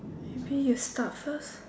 maybe you start first